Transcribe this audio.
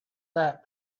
that